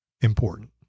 important